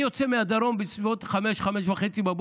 אני יוצא מהדרום בסביבות 05:00, 05:30,